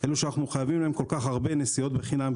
לאלה שאנחנו חייבים להם כל כך הרבה נסיעות בחינם,